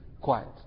quiet